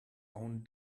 own